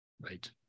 Right